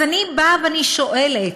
אני שואלת: